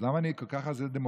אז למה אני כל כך דמוקרט?